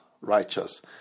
righteous